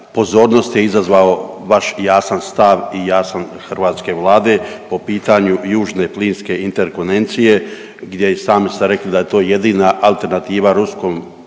pozornost je izazvao vaš jasan stav i jasan hrvatske Vlade po pitanju južne plinske interkonencije gdje i sami ste rekli da je to jedina alternativa ruskom